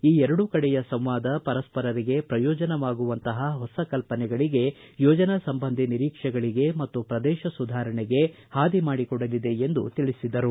ಈ ಎರಡು ಕಡೆಯ ಸಂವಾದ ಪರಸ್ಸರರಿಗೆ ಪ್ರಯೋಜನವಾಗುವಂತಪ ಹೊಸ ಕಲ್ಲನೆಗಳಿಗೆ ಯೋಜನಾ ಸಂಬಂಧಿ ನಿರೀಕ್ಷೆಗಳಿಗೆ ಮತ್ತು ಪ್ರದೇಶ ಸುಧಾರಣೆಗೆ ಹಾದಿ ಮಾಡಿಕೊಡಲಿದೆ ಎಂದು ತಿಳಿಸಿದರು